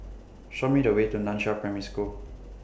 Show Me The Way to NAN Chiau Primary School